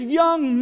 young